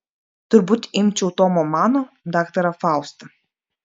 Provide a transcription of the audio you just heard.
turbūt imčiau tomo mano daktarą faustą